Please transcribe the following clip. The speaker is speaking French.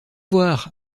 voir